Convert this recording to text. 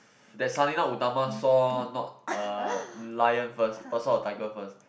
that Sang-Nila-Utama saw not a lion first thought saw a tiger first